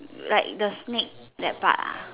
like the snake that part ah